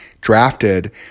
drafted